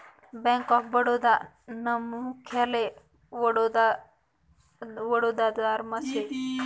bank of Baroda नं मुख्यालय वडोदरामझार शे